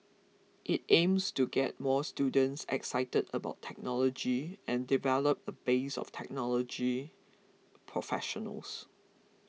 it aims to get more students excited about technology and develop a base of technology professionals